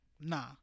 Nah